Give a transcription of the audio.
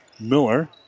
Miller